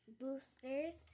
Boosters